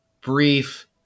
brief